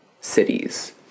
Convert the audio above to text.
cities